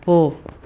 போ